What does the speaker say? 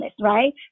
right